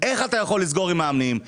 איך אתה יכול לסגור מתקנים,